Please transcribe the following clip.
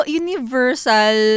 universal